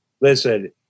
listen